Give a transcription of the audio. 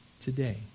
today